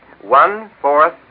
One-fourth